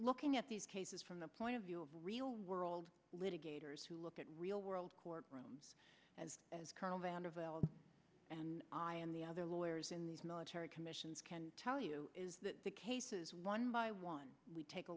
looking at these cases from the point of view of real world litigators who look at real world courtrooms as colonel vandervelde and i and the other lawyers in these military commissions can tell you the cases one by one we take a